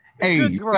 Hey